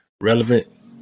relevant